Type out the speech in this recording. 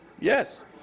Yes